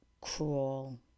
cruel